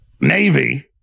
Navy